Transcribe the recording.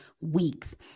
weeks